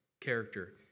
character